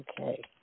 Okay